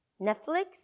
Netflix